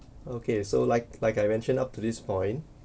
okay so like like I mentioned up to this point